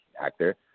actor